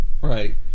Right